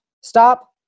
Stop